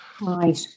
Right